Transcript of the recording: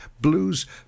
blues